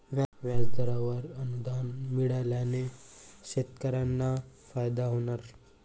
व्याजदरावर अनुदान मिळाल्याने शेतकऱ्यांना फायदा होणार